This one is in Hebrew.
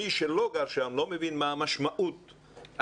מי שלא גר שם לא מבין מה המשמעות החינוכית,